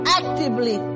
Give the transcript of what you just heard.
actively